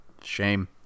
Shame